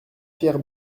pierre